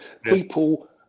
people